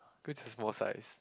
good it's small size